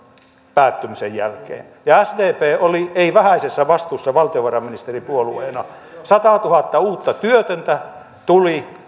päättymisen jälkeen ja sdp oli ei vähäisessä vastuussa valtiovarainministeripuolueena kun satatuhatta uutta työtöntä tuli